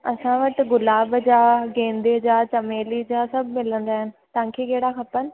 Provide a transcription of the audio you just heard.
असां वटि गुलाब जा गेंदे जा चमेली जा सभु मिलंदा आहिनि तव्हांखे कहिड़ा खपनि